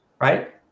right